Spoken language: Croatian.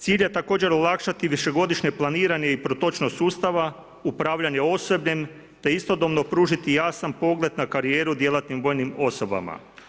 Cilj je također olakšati višegodišnje planiranje i protočnost sustava, upravljanje osobljem te istodobno pružiti jasan pogled na karijeru djelatnim vojnim osobama.